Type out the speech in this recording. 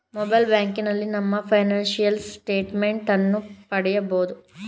mobile ಬ್ಯಾಂಕಿನಲ್ಲಿ ನಮ್ಮ financial statement ಅನ್ನು ಪಡಿಬೋದು